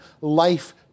life